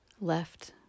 left